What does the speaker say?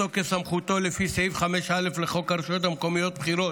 מתוקף סמכותו לפי סעיף 5(א) לחוק הרשויות המקומיות (בחירות),